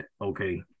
Okay